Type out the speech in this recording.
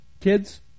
Kids